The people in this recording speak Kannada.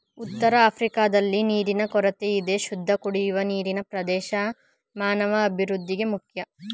ಉತ್ತರಆಫ್ರಿಕಾದಲ್ಲಿ ನೀರಿನ ಕೊರತೆಯಿದೆ ಶುದ್ಧಕುಡಿಯುವ ನೀರಿನಪ್ರವೇಶ ಮಾನವಅಭಿವೃದ್ಧಿಗೆ ಮುಖ್ಯ